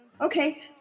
okay